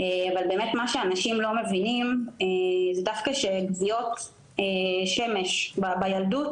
אבל מה שאנשים באמת לא מבינים זה דווקא שכוויות שמש בילדות